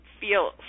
feel